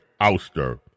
ouster